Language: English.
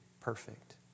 perfect